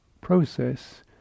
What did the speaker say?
process